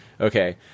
Okay